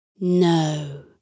No